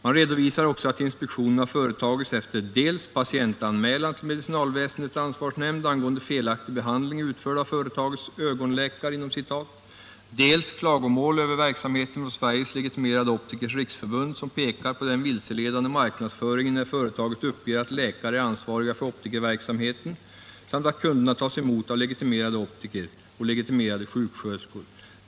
Enligt rapporten har inspektionen företagits efter dels patientanmälan till medicinalväsendets ansvarsnämnd angående felaktig behandling utförd av företagets ”ögonläkare”, dels klagomål över verksamheten från Sveriges legitimerade optikers riksförbund. Förbundet pekar på den vilseledande marknadsföring som bedrivs genom att företaget uppger att läkare är ansvariga för optikerverksamheten samt att kunderna tas om hand av legitimerade optiker och legitimerade sjuksköterskor.